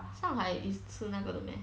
上海 is 吃那个的 meh